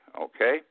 Okay